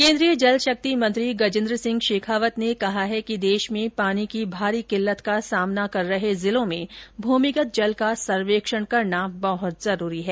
केन्द्रीय जलशक्ति मंत्री गजेन्द्र सिंह शेखावत ने कहा है कि देश में पानी की भारी किल्लत का सामना कर रहे जिलों में भूमिगत जल का सर्वेक्षण करना बहत जरूरी है